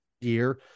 year